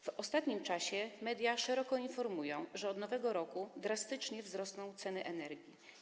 W ostatnim czasie media szeroko informują, że od nowego roku drastycznie wzrosną ceny energii.